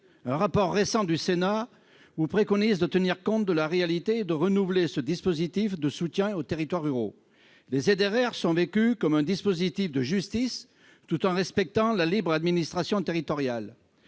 Un rapport récent du Sénat vous propose de tenir compte de la réalité et de renouveler ce dispositif de soutien aux territoires ruraux. Les ZRR sont vécues comme un dispositif de justice, tout en respectant la libre administration territoriale.